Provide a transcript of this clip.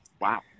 Wow